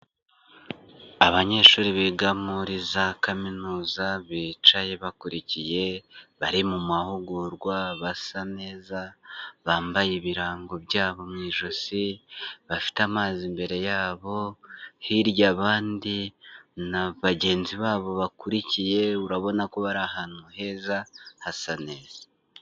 Abanyeshuri biga muri za kaminuza bicaye bakurikiye, bari mu mahugurwa, basa neza, bambaye ibirango byabo mu ijosi, bafite amazi imbere yabo, hirya abandi na bagenzi babo bakurikiye, urabona ko bari ahantu heza hasa neza.